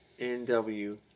NW